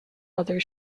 other